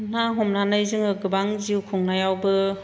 ना हमनानै जोङो गोबां जिउ खुंनायावबो